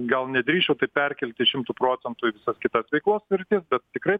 gal nedrįsčiau taip perkelti šimtu procentų į visas kitas veiklos sritis bet tikrai